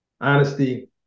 honesty